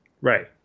Right